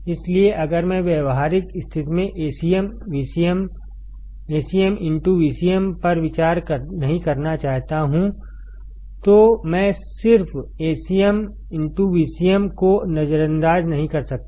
इसलिए अगर मैंव्यावहारिक स्थिति मेंAcm Vcmपर विचार नहीं करना चाहता हूं तो मैंसिर्फ Acm Vcm को नजरअंदाज नहीं कर सकता